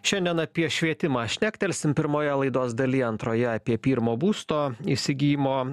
šiandien apie švietimą šnektelsim pirmoje laidos dalyje antroje apie pirmo būsto įsigijimo